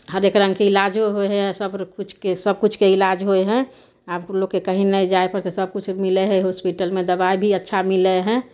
हरेक रङ्गके इलाजो होइ हइ आओर सबकिछुके इलाज होइ हइ आब लोकके कहीँ नहि जाइ पड़तय सबकिछु मिलय हइ हॉस्पिटलमे दबाइ भी अच्छा मिलय हइ